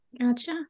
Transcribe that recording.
Gotcha